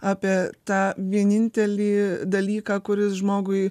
apie tą vienintelį dalyką kuris žmogui